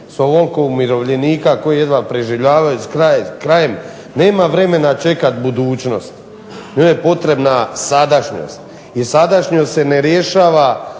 s ovoliko umirovljenika koji jedna preživljavaju kraj s krajem, nema vremena čekati budućnost, njoj je potrebna sadašnjost i sadašnjost se ne rješava